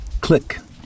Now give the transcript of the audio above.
Click